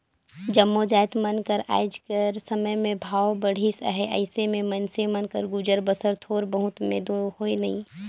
जम्मो जाएत मन कर आएज कर समे में भाव बढ़िस अहे अइसे में मइनसे मन कर गुजर बसर थोर बहुत में दो होए नई